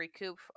recoup